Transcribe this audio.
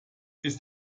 ist